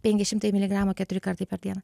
penki šimtai miligramų keturi kartai per dieną